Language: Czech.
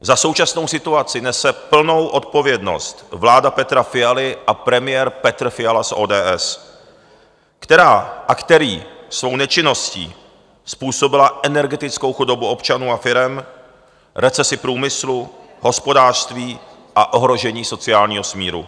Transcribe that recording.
Za současnou situaci nese plnou odpovědnost vláda Petra Fialy a premiér Petr Fiala z ODS, která a který svou nečinností způsobili energetickou chudobu občanů a firem, recesi průmyslu, hospodářství a ohrožení sociálního smíru.